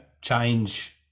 change